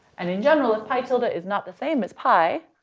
and in general, if pi tilde is not the same as pi,